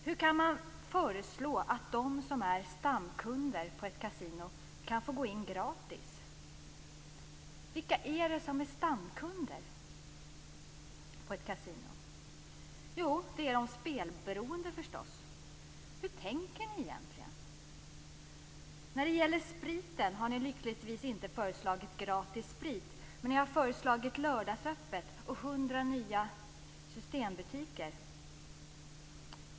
Hur kan man föreslå att de som är stamkunder på ett kasino skall få gå in gratis? Vilka är det som är stamkunder på ett kasino? Jo, det är förstås de spelberoende. Hur tänker ni egentligen? Ni har lyckligtvis inte föreslagit gratis sprit, men ni har föreslagit lördagsöppet och 100 nya systembutiker.